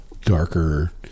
darker